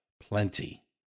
plenty